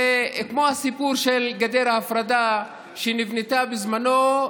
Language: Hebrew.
זה כמו הסיפור של גדר ההפרדה שנבנתה בזמנו,